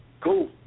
Cool